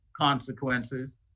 consequences